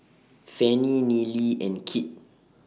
Fannie Nealy and Kit